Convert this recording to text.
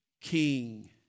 king